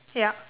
yup